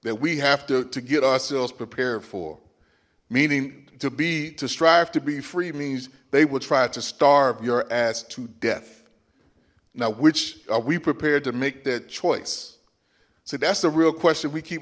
that we have to get ourselves prepared for meaning to be to strive to be free means they will try to starve your ass to death now which are we prepared to make that choice so that's the real question we keep